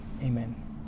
amen